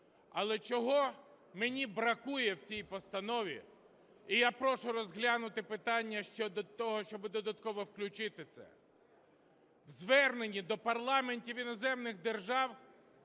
Але чого мені бракує в цій постанові, і я прошу розглянути питання щодо того, щоби додатково включити це: у зверненні до парламентів іноземних держав